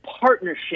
partnership